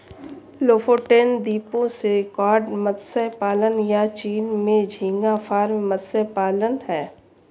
Lofoten द्वीपों से cod मत्स्य पालन, या चीन में झींगा फार्म मत्स्य पालन हैं